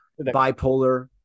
bipolar